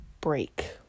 break